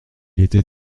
était